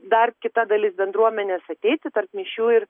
dar kita dalis bendruomenės ateiti tarp mišių ir